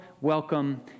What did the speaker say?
welcome